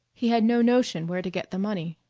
he had no notion where to get the money.